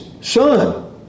son